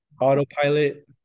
autopilot